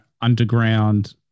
underground